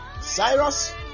Cyrus